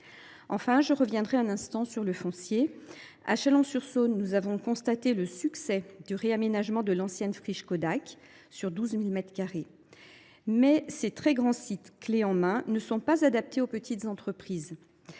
Enfin, je reviendrai un instant sur le foncier : à Chalon sur Saône, nous avons constaté le succès du réaménagement de l’ancienne friche Kodak, sur 12 000 mètres carrés ; mais ces très grands sites « clés en main » ne sont pas adaptés aux petites entreprises.